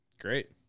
Great